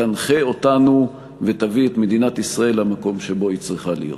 תנחה אותנו ותביא את מדינת ישראל למקום שבו היא צריכה להיות.